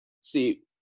see